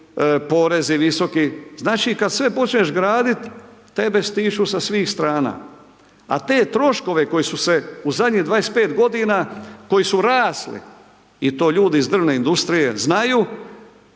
Znači kada sve počneš graditi tebe stišću sa svih strana, a te troškove koji su se u zadnjih 25 godina koji su rasli i to ljudi iz drvne industrije znaju.